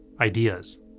ideas